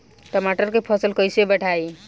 टमाटर के फ़सल कैसे बढ़ाई?